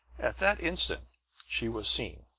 at that instant she was seen.